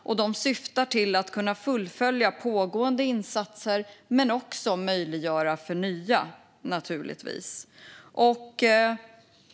Dessa pengar syftar till att kunna fullfölja pågående insatser men naturligtvis också möjliggöra för nya.